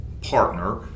partner